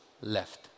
left